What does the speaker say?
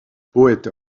poète